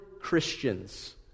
Christians